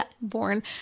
born